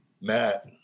matt